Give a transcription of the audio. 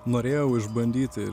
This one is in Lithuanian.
norėjau išbandyti